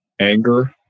anger